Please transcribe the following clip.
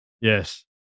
Yes